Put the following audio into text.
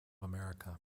america